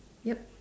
yup